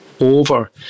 over